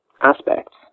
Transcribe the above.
aspects